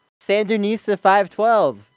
Sandernisa512